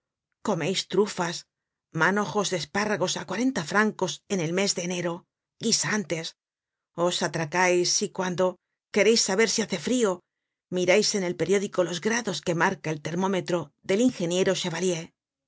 comeis trufas manojos de espárragos á cuarenta francos en el mes de enero guisantes os atracais y cuando quereis saber si hace frio mirais en el periódico los grados que marca el termómetro del ingeniero